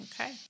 Okay